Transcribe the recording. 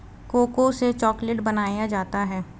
cocoa से chocolate बनाया जाता है